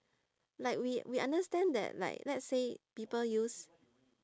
like we we understand that like let's say people use